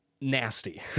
nasty